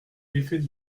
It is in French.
l’effet